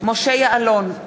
משה יעלון,